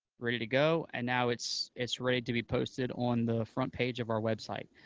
ready to go, and now it's it's ready to be posted on the front page of our website.